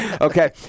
okay